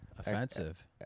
Offensive